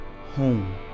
home